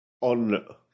on